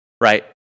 right